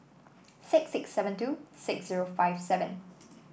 six six seven two six zero five seven